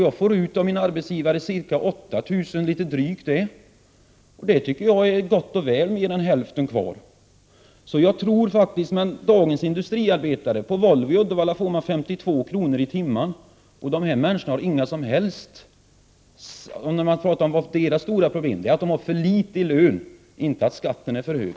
Jag får av min arbetsgivare ut litet drygt 8 000 kr. Det är gott och väl mer än hälften kvar, tycker jag. På Volvo i Uddevalla får dagens industriarbetare 52 kr. i timmen. Deras stora problem är att de har för litet i lön, inte att skatten är för hög.